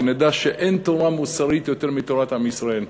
שנדע שאין תורה מוסרית יותר מתורת עם ישראל.